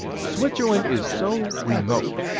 switzerland is so remote,